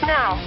Now